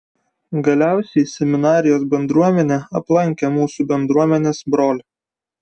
galiausiai seminarijos bendruomenė aplankė mūsų bendruomenės brolį